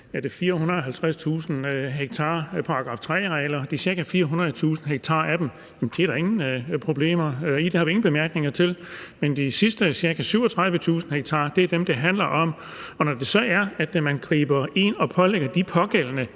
regnet 450.000 ha § 3-arealer – de ca. 400.000 af dem er der ingen problemer med. Det har vi ingen bemærkninger til. Men de sidste ca. 37.000 ha er dem, det handler om. Når det så er, at man griber ind og pålægger de pågældende